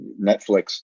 Netflix